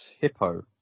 hippo